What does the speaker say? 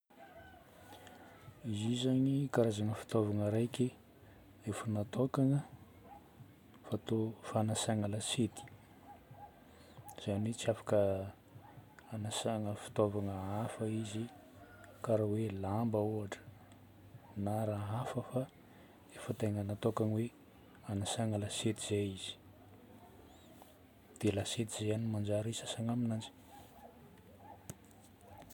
Izy io zagny karazagna fitaovagna raiky efa natokana fatao fagnasana lasiety. Zagny hoe tsy afaka agnasana fitaovagna hafa izy karaha hoe lamba ôhatra, na raha hafa fa efa tegna natokana hoe agnasana lasiety izay izy. Dia lasiety zay ihany manjary sasagna aminanjy.